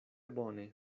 bone